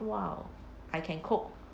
!wow! I can cook